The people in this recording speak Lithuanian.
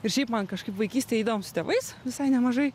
ir šiaip man kažkaip vaikystėj eidavom su tėvais visai nemažai